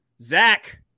Zach